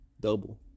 Double